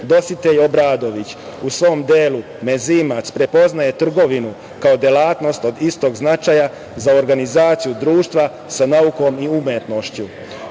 zemlji. Dositej Obradović u svom delu „Mezimac“ prepoznaje trgovinu kao delatnost od istog značaja za organizaciju društva sa naukom i umetnošću.